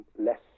less